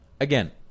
Again